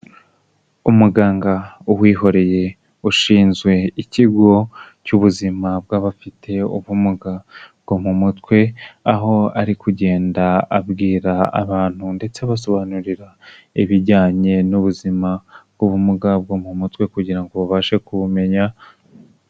Umuganga Uwihoreye ushinzwe ikigo cy'ubuzima bw'abafite ubumuga bwo mu mutwe, aho ari kugenda abwira abantu ndetse abasobanurira ibijyanye n'ubuzima bw'ubumuga bwo mu mutwe kugira ngo babashe kubumenya.